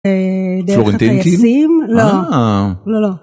פלורנטיאנטים? לא לא לא.